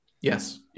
Yes